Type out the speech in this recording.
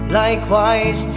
likewise